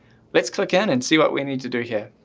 let's click in and see what we need to do here.